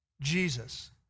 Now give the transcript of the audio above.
Jesus